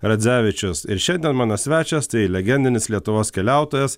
radzevičius ir šiandien mano svečias tai legendinis lietuvos keliautojas